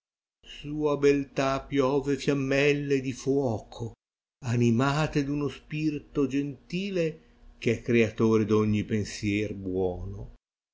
sua beltà piove fiammelle di joco animate d uno spirito gentil h è criàtore d ogni pensir uono